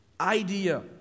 idea